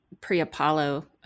pre-Apollo